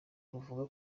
ruvuga